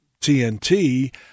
TNT